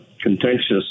contentious